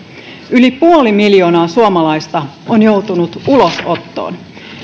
yli puoli miljoonaa suomalaista on joutunut ulosottoon